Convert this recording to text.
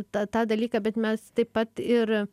tą tą dalyką bet mes taip pat ir